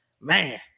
man